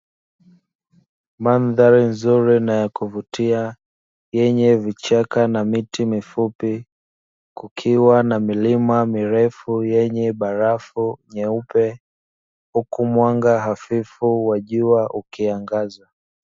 Mandhari nzuri na ya kuvutia yenye vichaka na miti mifupi, kukiwa na milima mirefu yenye barafu nyeupe huku mwanga hafifu wa jua ukiangaza.